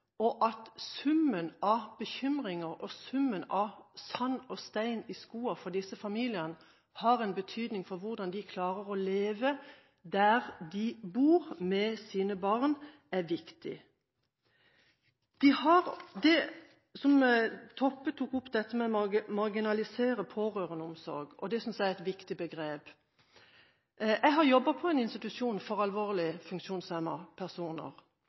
– der summen av bekymringer og summen av sand og stein i skoa har en betydning for hvordan de klarer å leve der de bor med sine barn, er viktig. Representanten Toppe tok opp dette med å marginalisere pårørendeomsorgen. Det synes jeg er viktig. Jeg har jobbet på en institusjon for alvorlig funksjonshemmede personer.